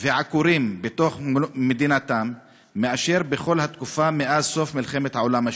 ועקורים בתוך מדינתם מאשר בכל התקופה מאז סוף מלחמת העולם השנייה.